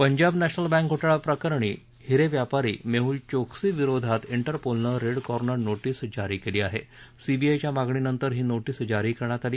Punjab National Bank घोटाळा प्रकरणी हिरव्यापारी मृह्क़ चोकसी विरोधात इंटरपोलनं रह् कॉर्नर नोटीस जारी कली आह सीबीआयच्या मागणीनंतर ही नोटीस जारी करण्यात आली